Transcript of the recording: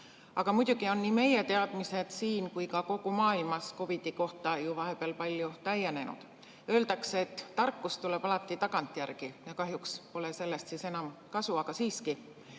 Aga muidugi on nii meie teadmised siin kui ka kogu maailmas COVID‑i kohta ju vahepeal palju täienenud. Öeldakse, et tarkus tuleb alati tagantjärele ja kahjuks pole sellest siis enam kasu, aga siiski.